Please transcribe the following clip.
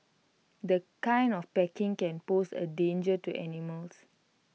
the kind of packing can pose A danger to animals